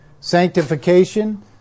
sanctification